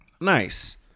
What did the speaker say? Nice